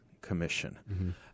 Commission